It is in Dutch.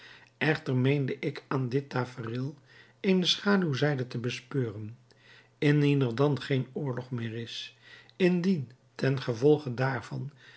echter meende ik aan dit tafereel eene schaduwzijde te bespeuren indien er dan geen oorlog meer is indien ten gevolge daarvan